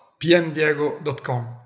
pmdiego.com